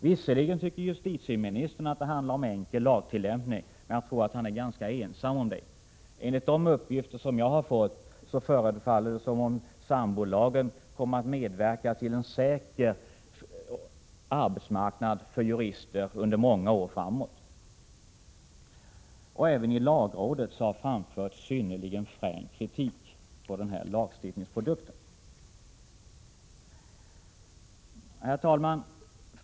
Visserligen tycker justitieministern att det handlar om enkel lagtillämpning, men jag tror att han är ganska ensam om det. Enligt de uppgifter som jag har fått förefaller det som om sambolagen skulle komma att medverka till en säker arbetsmarknad för jurister under många år framåt. Även i lagrådet har det framförts synnerligen frän kritik mot den lagstiftningsprodukten. Herr talman!